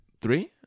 Three